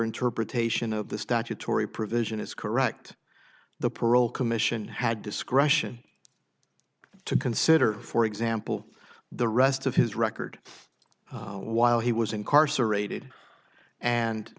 interpretation of the statutory provision is correct the parole commission had discretion to consider for example the rest of his record while he was incarcerated and